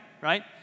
right